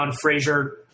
Frazier